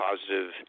positive